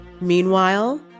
Meanwhile